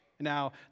Now